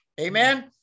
Amen